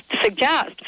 suggest